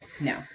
No